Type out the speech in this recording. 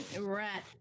rat